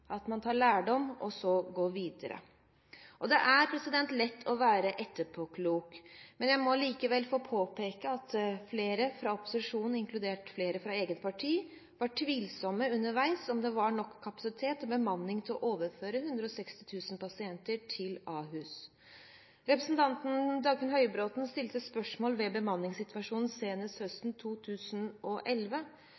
at man tar lærdom og så går videre. Det er lett å være etterpåklok. Jeg må likevel få påpeke at flere fra opposisjonen, inkludert flere fra eget parti, var tvilende underveis til om det var nok kapasitet og bemanning til å overføre 160 000 pasienter til Ahus. Representanten Dagfinn Høybråten stilte spørsmål ved bemanningssituasjonen senest